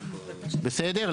בסדר?